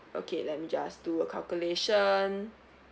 okay let me just do a calculation